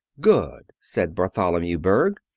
good! said bartholomew berg,